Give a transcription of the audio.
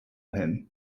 him